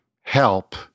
help